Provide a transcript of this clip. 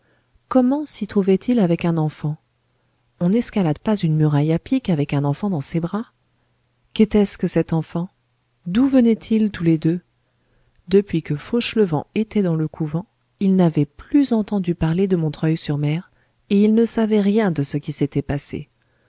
comment s'y trouvait-il avec un enfant on n'escalade pas une muraille à pic avec un enfant dans ses bras qu'était-ce que cet enfant d'où venaient-ils tous les deux depuis que fauchelevent était dans le couvent il n'avait plus entendu parler de montreuil sur mer et il ne savait rien de ce qui s'était passé